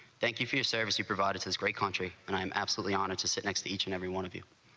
thank you for your service. you provided his great country and i am absolutely honored to sit next to each and everyone of you